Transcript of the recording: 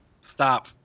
Stop